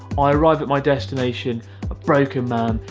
i arrive at my destination a broken man,